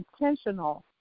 intentional